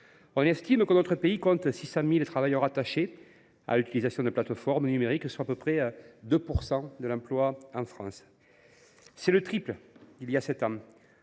On estime que notre pays compte 600 000 travailleurs rattachés à l’utilisation de plateformes numériques, soit à peu près 2 % de l’emploi en France. C’est le triple d’il y a sept ans.